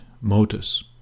motus